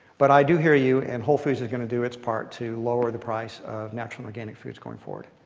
but i do hear you, and whole foods is going to do its part to lower the price of natural and organic foods going forward.